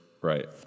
Right